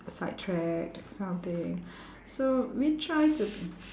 sidetracked that kind of thing so we try to